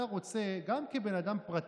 גם כבן אדם פרטי,